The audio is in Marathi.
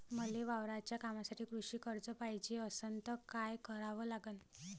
मले वावराच्या कामासाठी कृषी कर्ज पायजे असनं त काय कराव लागन?